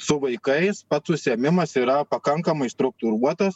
su vaikais pats užsiėmimas yra pakankamai struktūruotas